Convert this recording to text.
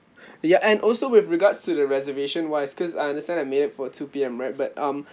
ya and also with regards to the reservation wise cause I understand that I made it for two P_M right but um